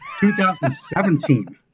2017